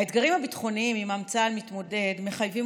האתגרים הביטחוניים שעימם צה"ל מתמודד מחייבים